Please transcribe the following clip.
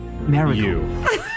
miracle